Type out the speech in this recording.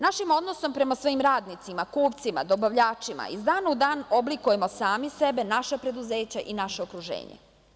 Našim odnosom prema svojim radnicima, kupcima, dobavljačima, iz dana u dan oblikujemo sami sebe, naša preduzeća i naše okruženje.